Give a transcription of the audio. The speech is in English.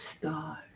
stars